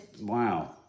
Wow